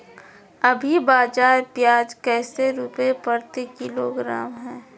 अभी बाजार प्याज कैसे रुपए प्रति किलोग्राम है?